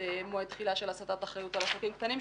מועד התחילה של הסטת אחריות על עסקים קטנים,